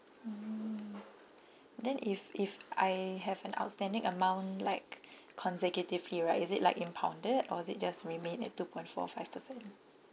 then if if I have an outstanding amount like consecutively right is it like impounded or is it just remain at two point four five percent